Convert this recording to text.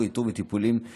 איתור וטיפול בהתמכרויות.